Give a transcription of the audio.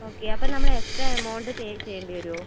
okay അപ്പം നമ്മൾ extra amount pay ചെയ്യേണ്ടി വരുമോ